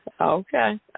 okay